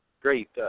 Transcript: great